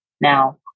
Now